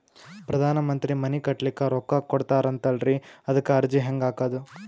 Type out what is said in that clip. ಪ್ರಧಾನ ಮಂತ್ರಿ ಮನಿ ಕಟ್ಲಿಕ ರೊಕ್ಕ ಕೊಟತಾರಂತಲ್ರಿ, ಅದಕ ಅರ್ಜಿ ಹೆಂಗ ಹಾಕದು?